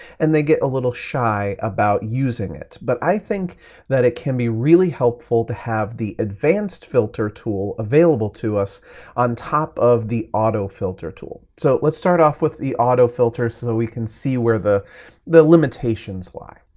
and they get a little shy about using it. but i think that it can be really helpful to have the advanced filter tool available to us on top of the autofilter tool. so let's start off with the autofilter so that we can see where the the limitations lie.